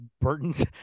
Burtons